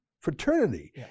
fraternity